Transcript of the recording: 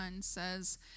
says